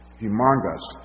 humongous